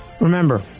Remember